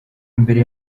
mbere